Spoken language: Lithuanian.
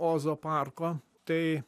ozo parko tai